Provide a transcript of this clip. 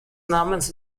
namens